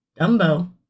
Dumbo